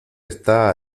está